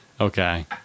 Okay